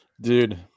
dude